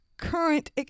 current